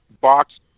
box